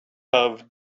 have